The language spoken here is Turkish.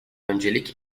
öncelik